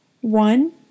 One